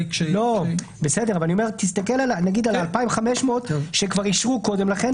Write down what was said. אבל תסתכל נגיד על ה-2,500 שכבר אישרו קודם כל,